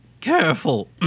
careful